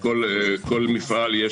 לכל מפעל יש